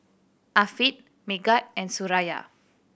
Afiq Megat and Suraya